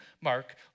Mark